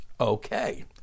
Okay